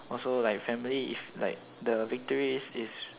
also like family is like the victory is